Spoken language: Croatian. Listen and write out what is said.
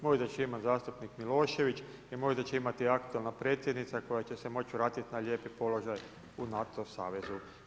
Možda će imati zastupnik Milošević i možda će imati aktualna predsjednica koja će se moći vratiti na lijep položaj u NATO savez.